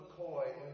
McCoy